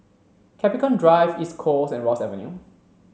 Capricorn Drive East Coast and Ross Avenue